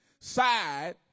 side